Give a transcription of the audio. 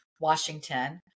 Washington